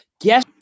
guess